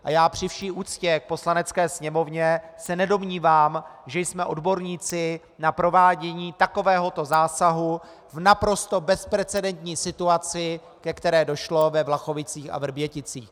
A já při vší úctě k Poslanecké sněmovně se nedomnívám, že jsme odborníci na provádění takovéhoto zásahu v naprosto bezprecedentní situaci, ke které došlo ve Vlachovicích a Vrběticích.